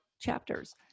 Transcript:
chapters